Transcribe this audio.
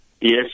Yes